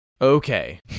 okay